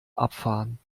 abfahren